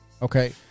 Okay